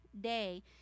day